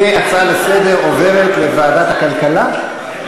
כהצעה לסדר-היום, עוברת לוועדת הכלכלה?